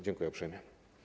Dziękuję uprzejmie.